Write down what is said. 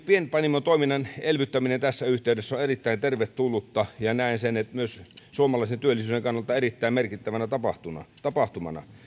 pienpanimotoiminnan elvyttäminen tässä yhteydessä on erittäin tervetullutta ja näen sen myös suomalaisen työllisyyden kannalta erittäin merkittävänä tapahtumana tapahtumana